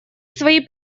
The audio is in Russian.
свои